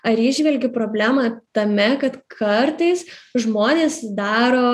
ar įžvelgi problemą tame kad kartais žmonės daro